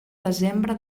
desembre